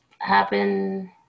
happen